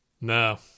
no